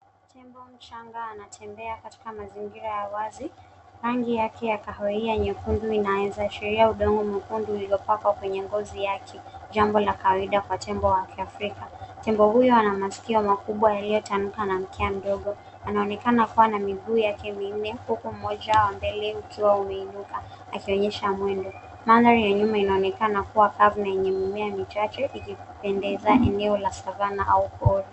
Tembo mchanga anatembea katika mazingira ya wazi. Rangi yake ya kahawia nyekundu inawezashiria udongo mwekundu iliyopakwa kwenye ngozi yake jambo la kawaida kwa tembo wa kiafrika. Tembo huyo anamaskio makubwa yaliyotamka na mkia mdogo. Anaonekana kuwa na miguu yake minne huku mmoja wa mbele ukiwa umeinuka akionyesha mwendo. Mandhari ya nyuma yanaonyesha kuwa kavu na mimea michache ikipendekeza eneo la savannah .